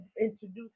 introduce